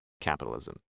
capitalism